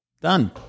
done